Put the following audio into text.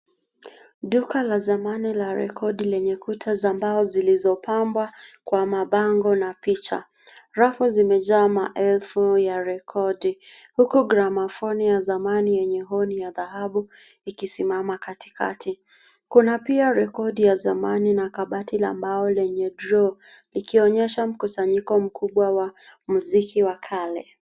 Duka zamani la rekodi lenye kuta za mbao zilizopabwa kwa mabango na picha. Rafu zimejaa ma elfu ya rekodi huku gramaphone ya zamani yenye honi ya dhahabu ikisimama katikati kuna pia rekodi ya zamani na kabati la mbao lenye droo likionyesha mkusanyiko mkubwa wa mziki wa kale.